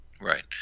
Right